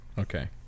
Okay